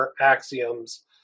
axioms